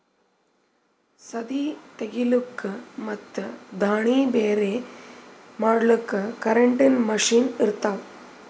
ಸದೀ ತೆಗಿಲುಕ್ ಮತ್ ದಾಣಿ ಬ್ಯಾರೆ ಮಾಡಲುಕ್ ಕರೆಂಟಿನ ಮಷೀನ್ ಇರ್ತಾವ